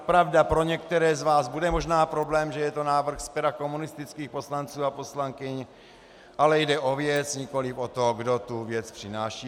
Pravda, pro některé z vás bude možná problém, že je to návrh z pera komunistických poslanců a poslankyň, ale jde o věc, nikoliv o to, kdo věc přináší.